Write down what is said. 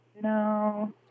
No